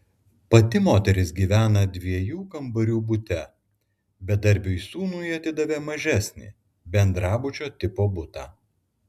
pati moteris gyvena dviejų kambarių bute bedarbiui sūnui atidavė mažesnį bendrabučio tipo butą